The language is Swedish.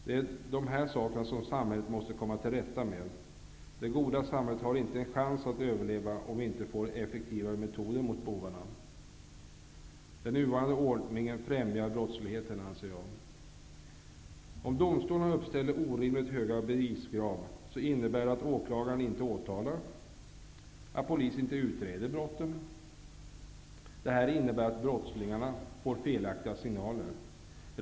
Det är de här förhållandena som samhället måste komma till rätta med. Det goda samhället har inte en chans att överleva om vi inte får effektivare metoder mot bovarna. Jag anser att den nuvarande ordningen främjar brottsligheten. Om domstolarna uppställer orimligt höga beviskrav, innebär det att åklagaren inte åtalar och att polis inte utreder brotten. Detta innebär att brottslingarna får felaktiga signaler.